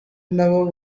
nabo